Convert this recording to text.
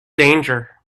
danger